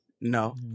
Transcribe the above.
No